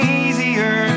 easier